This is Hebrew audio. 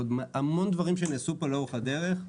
ועוד המון דברים שנעשו פה לאורך הדרך,